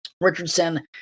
Richardson